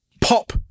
pop